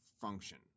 function